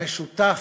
המשותף,